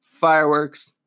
Fireworks